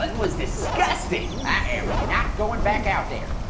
and was disgusting. i am not goin' back out there.